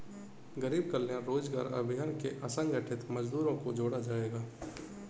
गरीब कल्याण रोजगार अभियान से असंगठित मजदूरों को जोड़ा जायेगा